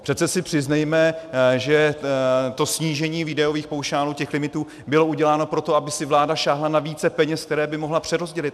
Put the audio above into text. Přece si přiznejme, že snížení výdajových paušálů, těch limitů, bylo uděláno proto, aby si vláda sáhla na více peněz, které by mohla přerozdělit.